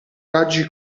raggi